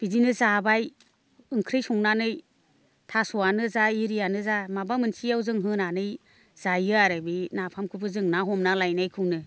बिदिनो जाबाय ओंख्रै संनानै थास'आनो जा इरियानो जा माबा मोनसेयाव जों होनानै जायो आरो बे नाफामखौबो जों ना हमना लायनायखौनो